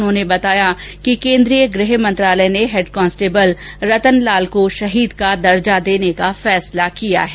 उन्होंने बताया कि केन्द्रीय गृह मंत्रालय ने हैड कांस्टेबल रतनलाल को शहीद का दर्जा देने का फैसला किया है